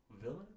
villain